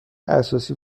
اساسی